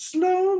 Slow